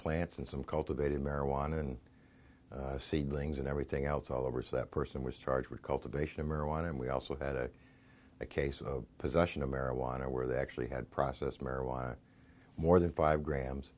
plants and some cultivated marijuana and seedlings and everything else all over so that person was charged with cultivation of marijuana and we also had a case of possession of marijuana where they actually had process marijuana more than five